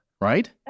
right